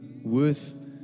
worth